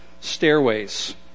stairways